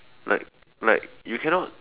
like like you cannot